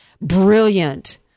brilliant